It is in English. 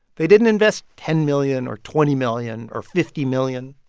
they didn't invest ten million or twenty million or fifty million.